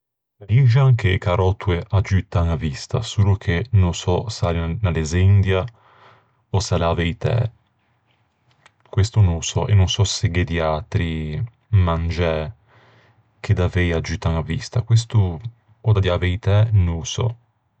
Dixan che e caròttoe aggiuttan a vista, solo che no sò s'a l'é unna lezzendia o s'a l'é a veitæ, questo no ô sò. No sò se gh'é di atri mangiæ che davei aggiuttan a vista. Questo, ò da dî a veitæ, no ô sò.